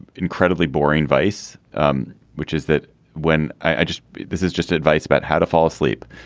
incredibly boring vice um which is that when i just this is just advice about how to fall asleep.